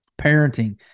parenting